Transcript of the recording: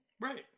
Right